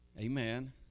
Amen